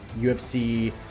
UFC